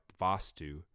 Vastu